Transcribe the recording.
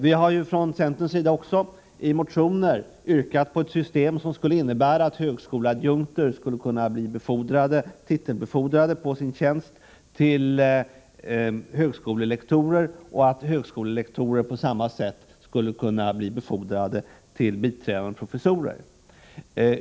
Vi har från centerns sida i vår motion också yrkat på ett system som skulle innebära att högskoleadjunkter skulle kunna bli befordrade på sin tjänst till högskolelektorer och att högskolelektorer på samma sätt skulle kunna bli befordrade till biträdande professorer.